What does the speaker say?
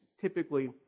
Typically